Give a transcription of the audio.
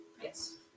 Yes